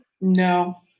No